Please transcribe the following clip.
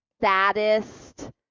saddest